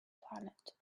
planet